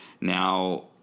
now